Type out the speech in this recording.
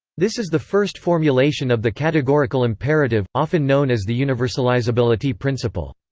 this is the first formulation of the categorical imperative, often known as the universalizability principle.